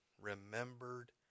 remembered